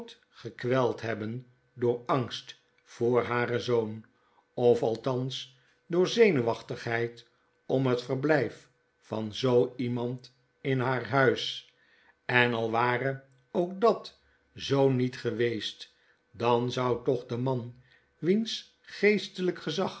gekweld hebben door angst voor haren zoon ofalthans door zenuwachtigheid om het verblyf van zoo iemand in haar huis en al wareook dat zoo niet geweest dan zou toch de man wiens geestelyk gezag